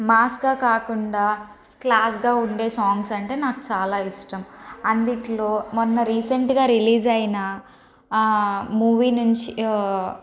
మాస్గా కాకుండా క్లాస్గా ఉండే సాంగ్స్ అంటే నాకు చాలా ఇష్టం అందులో మొన్న రీసెంట్గా రిలీజ్ అయినా మూవీ నుంచి